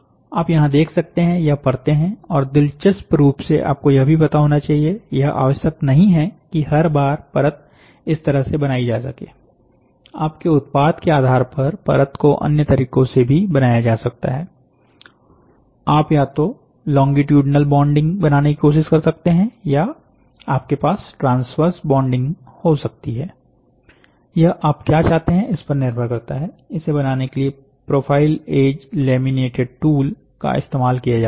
आप यहां देख सकते हैं यह परते हैं और दिलचस्प रूप से आपको यह भी पता होना चाहिए यह आवश्यक नहीं है कि हर बार परत इस तरह से बनाई जा सके आप के उत्पाद के आधार पर परत को अन्य तरीकों से भी बनाया जा सकता है आप या तो लोंगिट्यूडनल बॉन्डिंग बनाने की कोशिश कर सकते हैं या आपके पास ट्रांसवर्स बॉन्डिंग हो सकती है यह आप क्या चाहते हैं इस पर निर्भर करता है इसे बनाने के लिए प्रोफाइल एज़ लैमिनेटेड टूल का इस्तेमाल किया जाता है